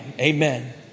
Amen